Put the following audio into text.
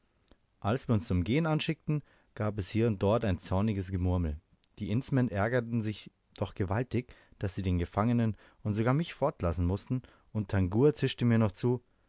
als wir uns zum gehen anschickten gab es hier und dort ein zorniges gemurmel die indsmen ärgerten sich doch gewaltig daß sie den gefangenen und sogar mich fortlassen mußten und tangua zischte mir noch zu